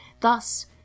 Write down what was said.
Thus